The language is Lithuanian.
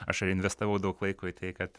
aš investavau daug laiko į tai kad